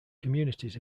communities